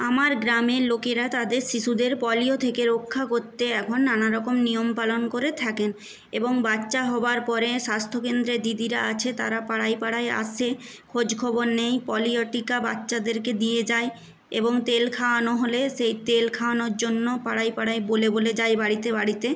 আমার গ্রামের লোকেরা তাদের শিশুদের পোলিও থেকে রক্ষা করতে এখন নানা রকম নিয়ম পালন করে থাকেন এবং বাচ্চা হওয়ার পরে স্বাস্থ্য কেন্দ্রে দিদিরা আছে তারা পাড়ায় পাড়ায় আসে খোঁজ খবর নেয় পোলিও টিকা বাচ্চাদেরকে দিয়ে যায় এবং তেল খাওয়ানো হলে সেই তেল খাওয়ানোর জন্য পাড়ায় পাড়ায় বলে বলে যায় বাড়িতে বাড়িতে